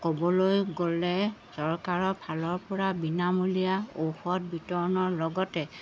ক'বলৈ গ'লে চৰকাৰৰ ফালৰপৰা বিনামূলীয়া ঔষধ বিতৰণৰ লগতে